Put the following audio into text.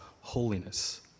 holiness